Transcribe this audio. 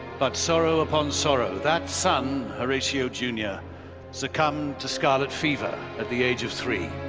but sorrow upon sorrow, that son horatio junior succumbed to scarlet fever at the age of three.